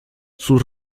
sus